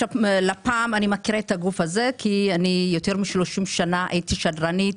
לפ"ם אני מכירה את הגוף הזה כי יותר משלושים שנה הייתי שדרנית